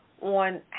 on